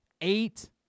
eight